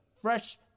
Fresh